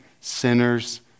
sinners